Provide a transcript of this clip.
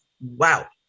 Wow